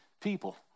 people